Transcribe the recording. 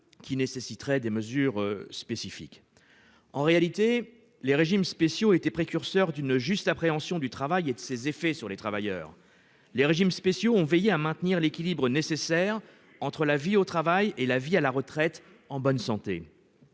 qui nécessiterait des mesures spécifiques. En réalité, les régimes spéciaux étaient précurseurs d'une juste appréhension du travail et de ses effets sur les travailleurs. Ils ont veillé à maintenir l'équilibre nécessaire entre la vie au travail et la vie en bonne santé